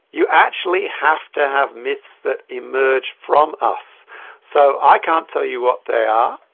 you actually have to have myths that emerge from us so i can't tell you what they are,